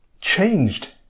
changed